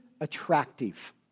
attractive